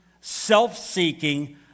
self-seeking